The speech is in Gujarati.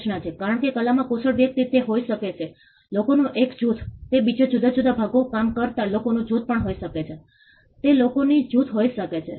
પરંતુ પરિણામે જે બન્યું તે તેઓ જોઈ શકે છે કે તેનાથી ઘરો વધુ સંવેદનશીલ પાણી સરળતાથી ઘરે આવી શકે છે અને તે તેમના માટે ખરેખર જોખમી છે